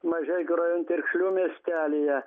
mažeikių rajon tirkšlių miestelyje